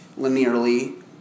linearly